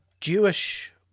Jewish